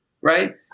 Right